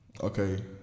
okay